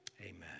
Amen